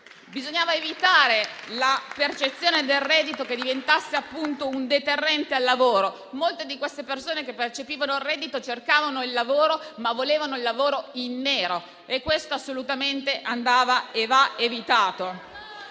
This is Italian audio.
Bisognava evitare che la percezione del reddito diventasse un deterrente al lavoro. Molte delle persone che percepivano il reddito cercavano un lavoro, ma volevano lavorare in nero; questo assolutamente andava e va evitato.